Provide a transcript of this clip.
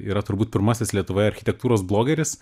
yra turbūt pirmasis lietuvoje architektūros blogeris